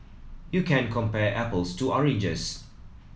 you can't compare apples to oranges